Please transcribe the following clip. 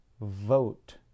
Vote